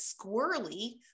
squirrely